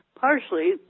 partially